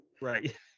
right